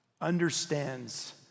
understands